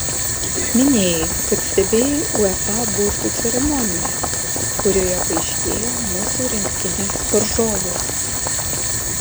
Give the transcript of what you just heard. minėjai kad stebėjai uefa burtų ceremoniją kurioje paaiškėjo mūsų rinktinės varžovės